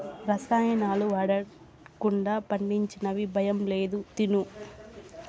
రసాయనాలు వాడకుండా పండించినవి భయం లేదు తిను